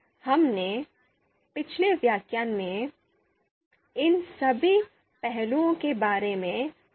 इसलिए हमने पिछले व्याख्यान में इन सभी पहलुओं के बारे में बात की थी